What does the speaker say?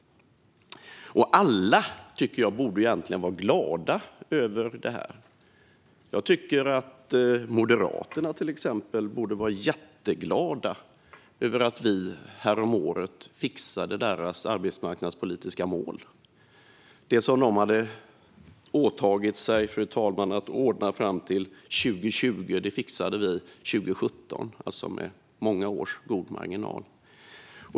Alla borde vara glada över det. Moderaterna, till exempel, borde vara jätteglada över att vi häromåret fixade deras arbetsmarknadspolitiska mål. Det som de hade åtagit sig att ordna fram till 2020 fixade vi 2017, alltså med många års god marginal.